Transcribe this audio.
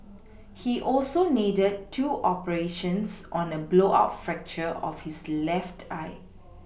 he also needed two operations on a blowout fracture of his left eye